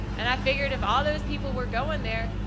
and i figured if all those people were going there,